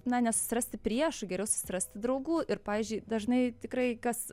na nesusirasti priešų geriau susirasti draugų ir pavyzdžiui dažnai tikrai kas